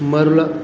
મોરલા